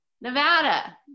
Nevada